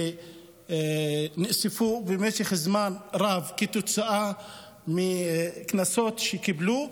שנוספו במשך זמן רב כתוצאה מקנסות שקיבלו.